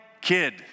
kid